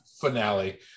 finale